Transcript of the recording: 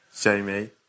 Jamie